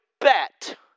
bet